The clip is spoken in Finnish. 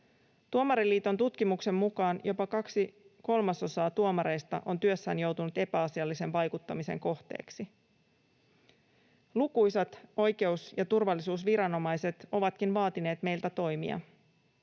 Tuomariliiton tutkimuksen mukaan jopa kaksi kolmasosaa tuomareista on työssään joutunut epäasiallisen vaikuttamisen kohteeksi. Lukuisat oikeus- ja turvallisuusviranomaiset ovatkin vaatineet meiltä toimia.